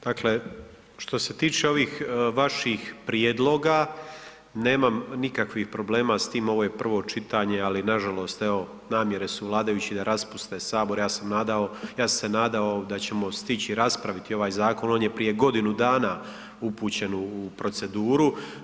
Dakle, što se tiče ovih vaših prijedloga, nemam nikakvih problema s tim, ovo je prvo čitanje, ali nažalost evo, namjere su vladajućih da raspuste Sabor, ja sam se nadao da ćemo stići raspraviti ovaj zakon, on je prije godinu dana upućen u proceduru.